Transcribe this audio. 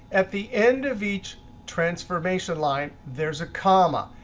at the end of each transformation line, there's a comma.